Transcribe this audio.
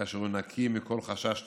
כאשר הוא נקי מכל חשש טומאה,